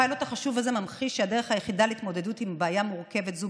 הפיילוט החשוב הזה ממחיש שהדרך היחידה להתמודדות עם בעיה מורכבת זו,